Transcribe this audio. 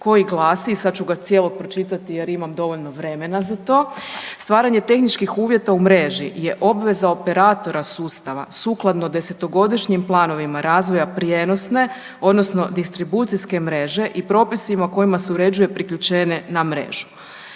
koji glasi i sad ću ga cijelog pročitati jer imam dovoljno vremena za to: Stvaranje tehničkih uvjeta u mreži je obveza operatora sustava sukladno 10-godišnjim planovima razvoja prijenosne odnosno distribucijske mreže i propisima kojima se uređuje priključenje na mrežu.